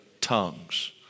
tongues